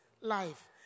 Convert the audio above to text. life